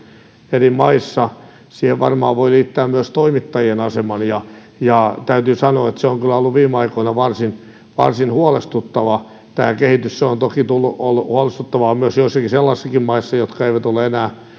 eri maissa siihen varmaan voi liittää myös toimittajien aseman ja täytyy sanoa että tämä kehitys on kyllä ollut viime aikoina varsin varsin huolestuttava se on toki ollut huolestuttavaa myös joissakin sellaisissakin maissa jotka eivät ole enää